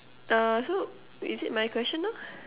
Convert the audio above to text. uh so is it my question now